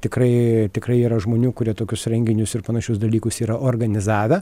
tikrai tikrai yra žmonių kurie tokius renginius ir panašius dalykus yra organizavę